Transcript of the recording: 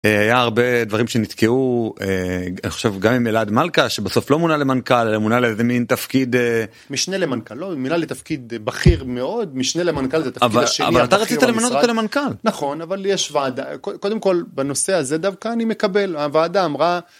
היה הרבה דברים שנתקעו עכשיו גם עם אלעד מלכה שבסוף לא מונה למנכ״ל מונה לאיזה מין תפקיד משנה למנכ״ל מילה לתפקיד בכיר מאוד משנה למנכ״ל. אבל אבל אתה רצית למנות אותו למנכל. נכון אבל יש ועדה קודם כל בנושא הזה דווקא אני מקבל הועדה אמרה.